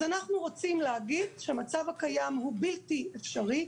אז אנחנו רוצים להגיד שהמצב הקיים הוא בלתי אפשרי,